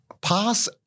pass